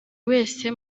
wese